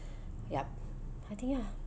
yup I think ah